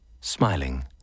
smiling